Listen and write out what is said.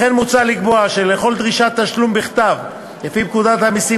לכן מוצע לקבוע שלכל דרישת תשלום בכתב לפי פקודת המסים